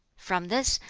from this,